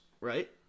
right